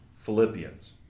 Philippians